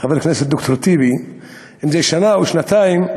חבר הכנסת ד"ר טיבי, אם זה שנה או שנתיים.